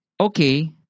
okay